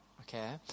okay